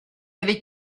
avec